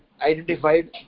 identified